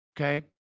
okay